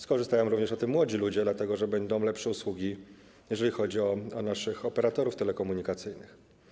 Skorzystają również na tym młodzi ludzie, dlatego że będą lepsze usługi, jeżeli chodzi o naszych operatorów telekomunikacyjnych.